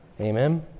Amen